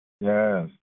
Yes